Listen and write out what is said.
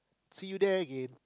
see you there again